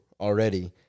already